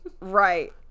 Right